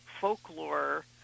folklore